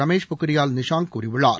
ரமேஷ் பொகியால் நிஷாங் கூறியுள்ளார்